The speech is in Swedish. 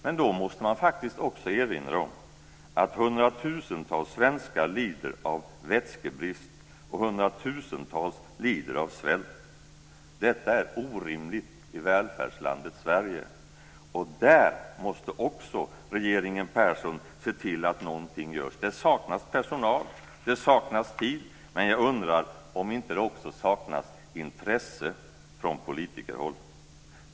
Men då måste jag erinra om att hundratusentals svenskar lider av vätskebrist och hundratusentals lider av svält. Detta är orimligt i välfärdslandet Sverige. Där måste också regeringen Persson se till att någonting görs. Det saknas personal. Det saknas tid. Men jag undrar om det inte också saknas intresse från politikerhåll.